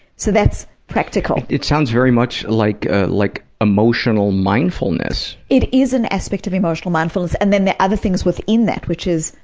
so that's practical. it sounds very much like ah like emotional mindfulness. it is an aspect of emotional mindfulness. and then there are other things within that, which is,